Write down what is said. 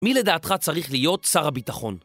מי לדעתך צריך להיות שר הביטחון?